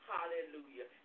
Hallelujah